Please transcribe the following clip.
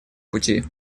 пути